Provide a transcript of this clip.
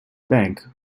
bank